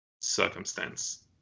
circumstance